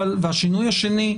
השינוי השני,